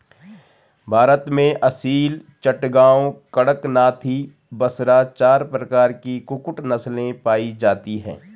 भारत में असील, चटगांव, कड़कनाथी, बसरा चार प्रकार की कुक्कुट नस्लें पाई जाती हैं